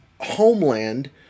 homeland